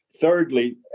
Thirdly